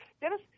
dennis